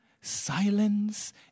silence